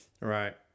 Right